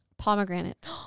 Pomegranate